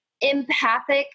empathic